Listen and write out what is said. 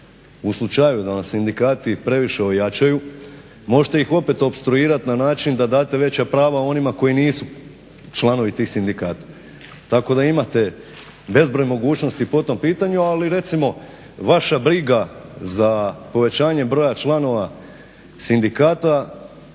U slučaju da vam sindikati previše ojačaju možete ih opet opstruirat na način da date veća prava onima koji nisu članovi tih sindikata. Tako da imate bezbroj mogućnosti po tom pitanju, ali recimo vaša briga za povećanje broja članova sindikata